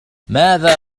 ماذا